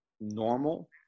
normal